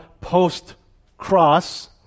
post-cross